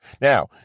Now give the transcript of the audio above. Now